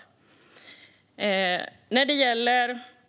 Det är intressant att ledamoten Mathias Tegnér tog